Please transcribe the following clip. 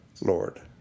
Lord